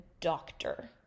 doctor